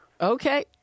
Okay